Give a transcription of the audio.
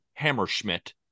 Hammerschmidt